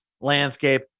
landscape